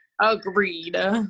agreed